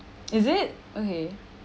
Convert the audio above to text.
is it okay